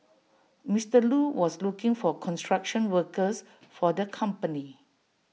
Mister Lu was looking for construction workers for the company